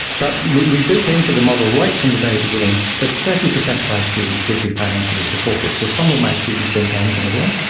but we built into the model right from the very beginning that thirty percent of our students would be financially supported. so some of my students don't pay anything at all,